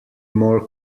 more